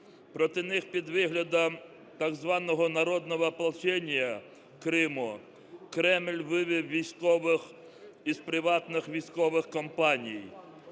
Проти них під виглядом так званого "народного ополчения Криму" Кремль вивів військових із приватних військових компаній.